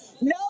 No